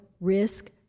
risk